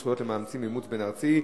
זכויות המאמצים באימוץ בין-ארצי),